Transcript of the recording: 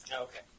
Okay